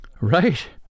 Right